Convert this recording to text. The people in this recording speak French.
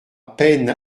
peine